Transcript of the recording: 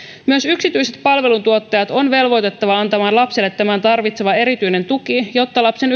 myös yksityiset palveluntuottajat on velvoitettava antamaan lapselle tämän tarvitsema erityinen tuki jotta lapsen